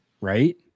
Right